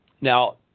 Now